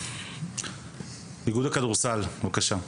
איגוד הכדורסל, בבקשה.